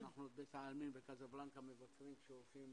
אנחנו בבית העלמין בקזבלנקה מבקרים כשהולכים